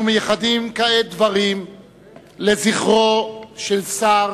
אנחנו מייחדים כעת דברים לזכרו של השר